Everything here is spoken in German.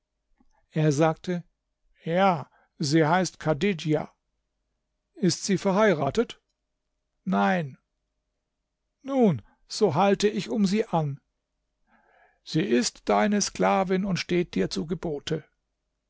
er sagte ja sie heißt chadidja ist sie verheiratet nein nun so halte ich um sie an sie ist deine sklavin und steht dir zu gebote